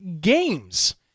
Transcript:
Games